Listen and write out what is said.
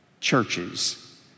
churches